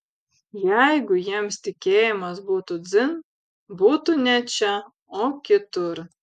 jeigu jiems tikėjimas būtų dzin būtų ne čia o kitur